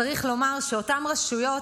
צריך לומר שאותן רשויות,